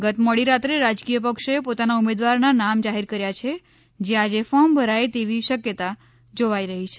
ગત મોડી રાત્રે રાજકીય પક્ષોએ પોતાના ઉમેદવારોના નામ જાહેર કર્યા છે જે આજે ફોર્મ ભરાય તેવી શક્યાતા જોવાઇ રહી છે